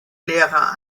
lehrer